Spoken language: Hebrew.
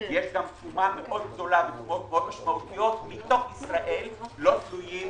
יש תרומה מאוד גדולה מתוך ישראל, לא תלויים